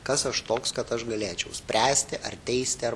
kas aš toks kad aš galėčiau spręsti ar teisti ar